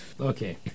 Okay